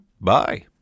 bye